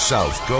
South